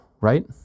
Right